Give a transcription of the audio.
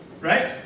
right